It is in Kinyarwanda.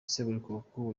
seburikoko